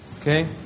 Okay